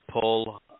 pull